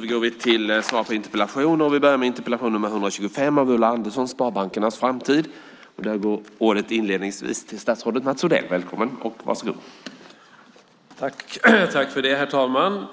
Herr talman!